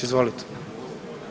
Izvolite.